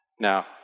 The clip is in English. Now